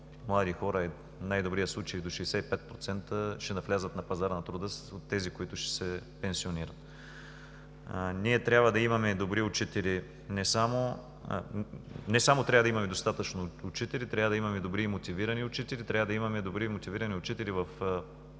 млади хора – в най-добрия случай до 65%, ще навлязат на пазара на труда – от тези, които ще се пенсионират. Не само трябва да имаме достатъчно учители, трябва да имаме добри и мотивирани учители, трябва да имаме добри и мотивирани учители във